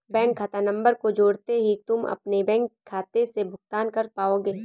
bank खाता नंबर को जोड़ते ही तुम अपने बैंक खाते से भुगतान कर पाओगे